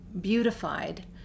beautified